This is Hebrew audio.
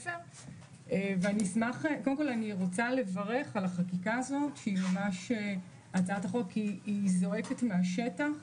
אני רוצה לברך על יוזמת החקיקה שבהחלט זועקת מהשטח.